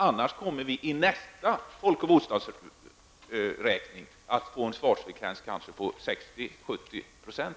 Annars kommer svarsfrekvensen i nästa folk och bostadsräkning kanske att endast bli 60--70 %.